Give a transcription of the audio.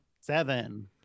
Seven